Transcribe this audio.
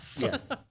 Yes